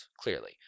clearly